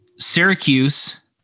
Syracuse